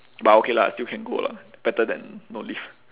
but I okay lah still can go lah better than no leave